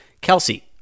Kelsey